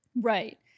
Right